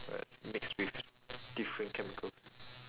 uh it's mixed with different chemicals